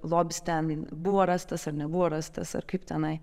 lobis ten buvo rastas ar nebuvo rastas ar kaip tenai